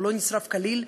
הוא לא נשרף כליל,